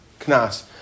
knas